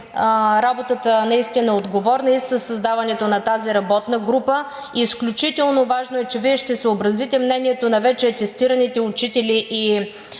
работата наистина е отговорна и със създаването на тази работна група – изключително важно е, че Вие ще съобразите мнението на вече атестираните учители и